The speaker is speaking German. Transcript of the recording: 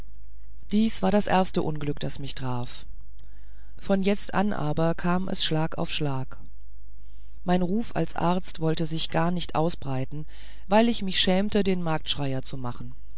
dies war das erste unglück das mich traf von jetzt an aber kam es schlag auf schlag mein ruf als arzt wollte sich gar nicht ausbreiten weil ich mich schämte den marktschreier zu machen